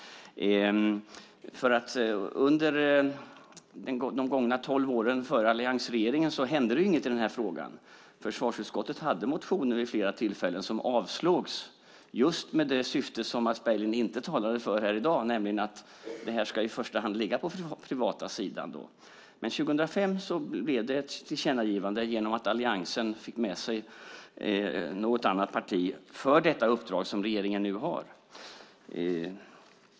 Under de gångna tolv åren, före alliansregeringen, hände inget i frågan. Försvarsutskottet behandlade motioner vid flera tillfällen, och de avstyrktes just med det syfte som Mats Berglind inte talade för i dag, nämligen att detta i första hand ska ligga på privata sidan. År 2005 blev det ett tillkännagivande genom att alliansen fick med sig något annat parti för det uppdrag som regeringen nu har.